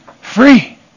Free